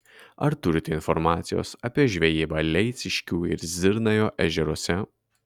ar turite informacijos apie žvejybą leiciškių ir zirnajo ežeruose